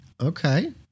okay